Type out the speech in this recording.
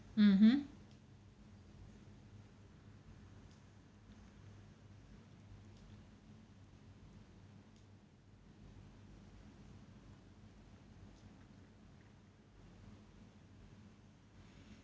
mmhmm